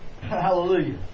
Hallelujah